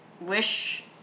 wish